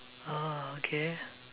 oh okay